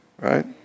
right